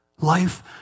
Life